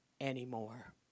anymore